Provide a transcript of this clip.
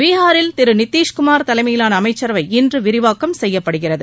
பீகாரில் திரு நிதிஷ்குமார் தலைமையிலான அமைச்சரவை இன்று விரிவாக்கம் செய்யப்படுகிறது